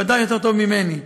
ודאי יותר טוב ממני.